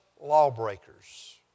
lawbreakers